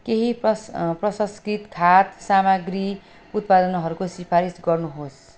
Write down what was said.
केही प्रस प्रसंस्कृत खाद्य सामाग्री उत्पादनहरूको सिफारिस गर्नुहोस्